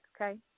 okay